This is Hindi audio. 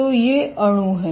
तो ये अणु हैं